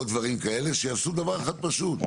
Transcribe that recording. עוד דברים כאלה שיעשו דבר אחד פשוט,